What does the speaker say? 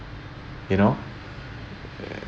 you know